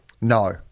No